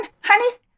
Honey